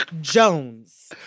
Jones